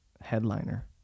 headliner